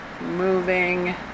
moving